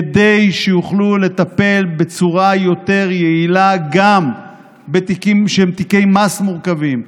כדי שיוכלו לטפל בצורה יותר יעילה גם בתיקים שהם תיקי מס מורכבים,